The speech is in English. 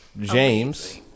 James